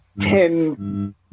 ten